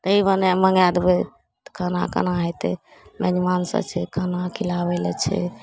तऽ ई बनै मँगै देबै तऽ खाना कोना हेतै मेजबानसभ छै खाना खिलाबैलए छै